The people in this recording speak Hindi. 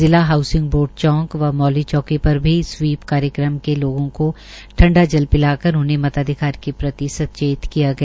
जिला हाउसिंग बोर्ड के चौंक व मौली चौंकी पर भी स्वीप कार्यक्रम के लोगों को ठंडा जल पिलाकर उन्हें मताधिकार के प्रति सचेत किया गया